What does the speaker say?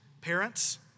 Parents